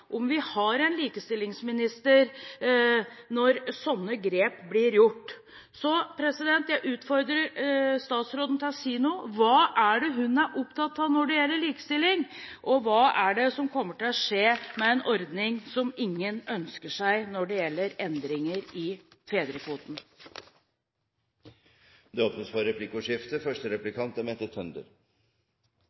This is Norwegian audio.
om vi har en likestillingsminister når sånne grep blir gjort. Jeg utfordrer statsråden til å si noe. Hva er det hun er opptatt av når det gjelder likestilling, og hva er det som kommer til å skje med en ordning som ingen ønsker seg, når det gjelder endringer i fedrekvoten? Det blir replikkordskifte. Arbeiderpartiet er opptatt av likhet, men allikevel er noen barn likere enn andre, for